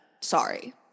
Sorry